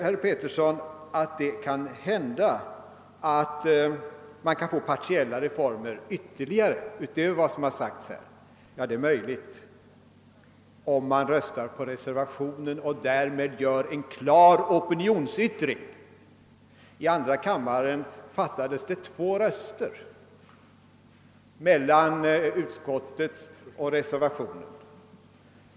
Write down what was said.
Herr Pettersson sade att det kanske kan genomföras ytterligare partiella reformer. Ja, det är möjligt om man röstar på reservationen och därmed åstadkommer en klar opinionsyttring för sådana åtgärder. Vid omröstningen i första kammaren skilde det två röster mellan utskottets hemställan och reservationen.